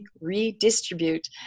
redistribute